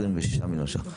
26 מיליון ש"ח.